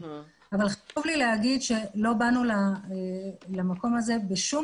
אבל חשוב לי לומר שלא באנו למקום הזה בשום